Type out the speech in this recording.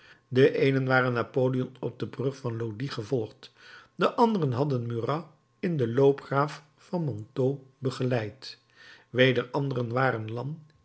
de eenen waren napoleon op de brug van lodi gevolgd de anderen hadden murat in de loopgraaf van mantua begeleid weder anderen waren